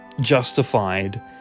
justified